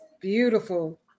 beautiful